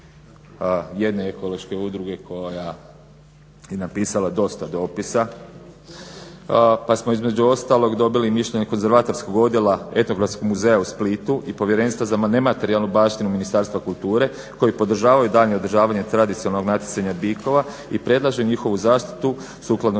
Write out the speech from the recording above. Hvala i vama.